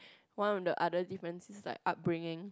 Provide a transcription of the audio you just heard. one of the other differences like upbringing